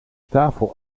tafel